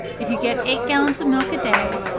if you get eight gallons of milk a day,